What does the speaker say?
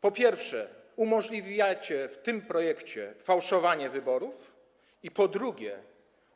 Po pierwsze, umożliwiacie w tym projekcie fałszowanie wyborów i, po drugie,